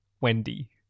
Wendy